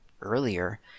earlier